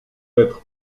être